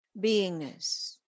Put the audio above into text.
beingness